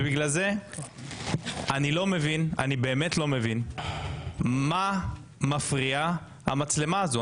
אני באמת לא מבין מה מפריעה המצלמה הזאת.